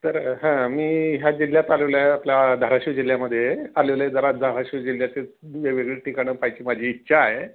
तर हां मी ह्या जिल्ह्यात आलेलो आहे आपल्या धारशिव जिल्ह्यामध्ये आलेलो आहे जरा धारशिव जिल्ह्यातील वेगवेगळी ठिकाणं पाहायची माझी इच्छा आहे